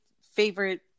favorite